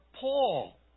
Paul